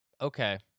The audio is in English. Okay